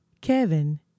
Kevin